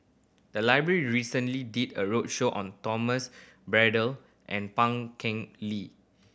the library recently did a roadshow on Thomas Braddell and Pan Keng Li